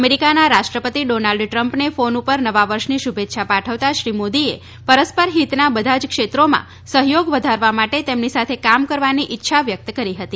અમેરીકાના રાષ્ટ્રપતિ ડોનાલ્ડ ટ્રમ્પને ફોન પર નવા વર્ષની શુભેચ્છા પાઠવતા શ્રી મોદીએ પરસ્પર હિતના બધા જ ક્ષેત્રોમાં સહયોગ વધારવા માટે તેમની સાથે કામ કરવાની ઇચ્છા વ્યક્ત કરી હતી